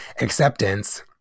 Acceptance